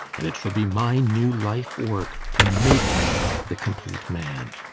and it shall be my new life-work to make him the complete man.